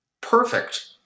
perfect